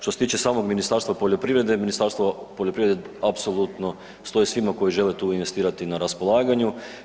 Što se tiče samog Ministarstva poljoprivrede, Ministarstvo poljoprivrede apsolutno stoji svima koji žele tu investirati na raspolaganju.